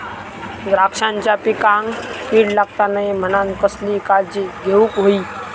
द्राक्षांच्या पिकांक कीड लागता नये म्हणान कसली काळजी घेऊक होई?